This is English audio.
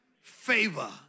favor